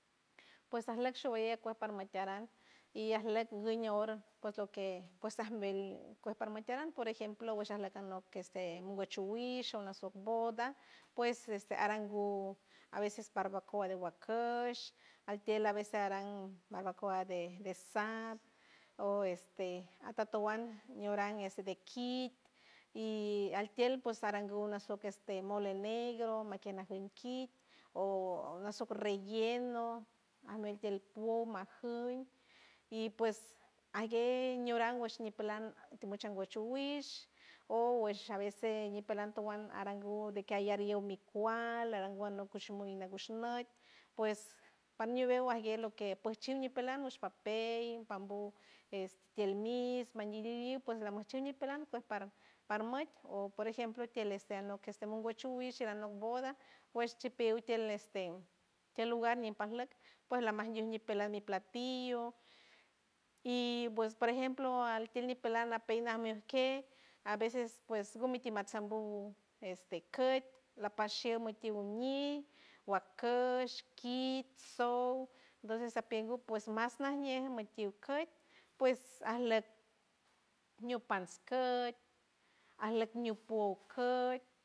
Pues arlok shubayey acuer parmatiaran y arlok guñe oro por loque pues ajmel pues parmatiaran por ejemplo guesharlok arlok que este agu shuguisho unasoc boda pues este arangu a veces barbacoa de guacosh altield a veces aran barbacoa de sap o este atotowand niuran es de kit y altield pues arangu nasoc este mole negro makier najien kit o nasoc relleno amel tield puol majuim y pues aguey ñiuran wesh ñipeland atomuch anwu chuguish o guesh a vece ñipeland towand arangu de que ayer yo mi cual arangu anok ushu muy una gu guesh meat pues parñubeu aguer loke pues chul nipeland los papeis pambo este tield mis mandi liliul pues lamoch chiñipeland pues para moch o por ejemplo tield este anok este amongu chuguish tield alok boda pues chipil tield este tield lugar nin parlok pues lamanyu ñipeland mi platillo y pues por ejemplo altield nipeland alpey name akey a veces pues gumi ti matsanbo este koit lapay shiold lutil muñil guacosh kit souw entonces apigul pues mas najñe tiucoit arlok ñiu pans coit arlok ñiupo coit.